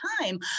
time